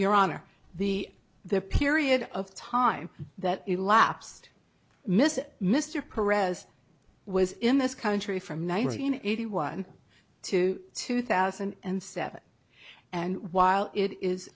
your honor the there period of time that elapsed miss mr perez was in this country from nineteen eighty one to two thousand and seven and while it is